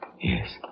Yes